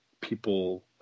people